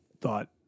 thought